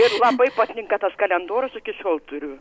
ir labai patinka tas kalendorius iki šiol turiu